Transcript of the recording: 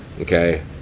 Okay